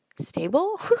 stable